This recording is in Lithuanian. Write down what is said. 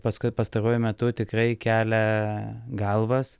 paskui pastaruoju metu tikrai kelia galvas